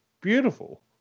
beautiful